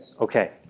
Okay